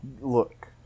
Look